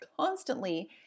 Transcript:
constantly